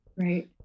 Right